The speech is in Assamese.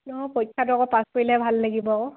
অঁ পৰীক্ষাটো আকৌ পাছ কৰিলে ভাল লাগিব